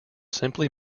simply